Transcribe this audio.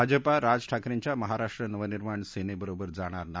भाजपा राज ठाकरेंच्या महाराष्ट्र नवनिर्माण सेनेबरोबर जाणार नाही